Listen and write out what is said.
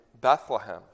Bethlehem